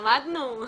למדנו.